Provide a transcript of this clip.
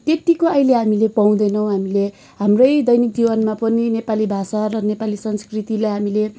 त्यतिको अहिले हामीले पाउँदैनौँ हामीले हाम्रै दैनिक जीवनमा पनि नेपाली भाषा र नेपाली संस्कृतिलाई हामीले